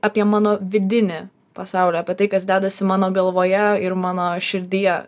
apie mano vidinį pasaulį apie tai kas dedasi mano galvoje ir mano širdyje